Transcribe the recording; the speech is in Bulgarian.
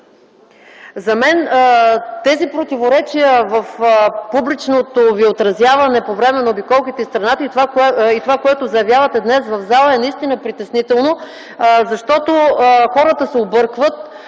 За мен тези противоречия в публичното Ви отразяване по време на обиколката из страната и това, което заявявате днес в зала, е наистина притеснително, защото хората се объркват.